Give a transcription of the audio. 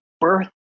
birth